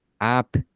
app